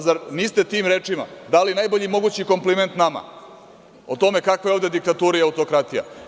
Zar niste tim rečima dali najbolji mogući kompliment nama, o tome kakva je ovde diktatura i autokratija?